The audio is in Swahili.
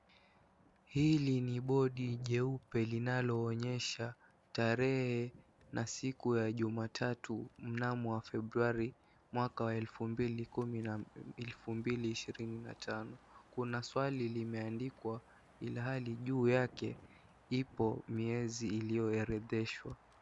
Hili ni bodi jeupe linaloonyesha tarehe na siku ya jumatatu mnamo wa Februari mwaka wa elfu mbili na ishirini na tano. Kuna swali limeandikwa ilhali juu yake ipo miezi iliyoorodheshwa.